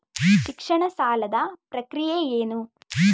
ಶಿಕ್ಷಣ ಸಾಲದ ಪ್ರಕ್ರಿಯೆ ಏನು?